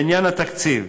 בעניין התקציב,